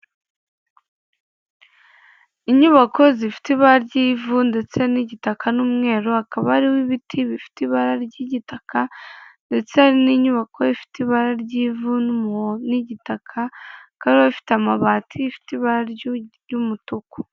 Inyubako zifite ibara ry'ivu ndetse n'igitaka n'umweru, hakaba ariho ibiti bifite ibara ry'igitaka ndetse n'inyubako ifite ibara ry'ivu n'igitaka bikaba bifite amabati ifite ibara ry'umutuku.